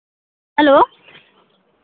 hello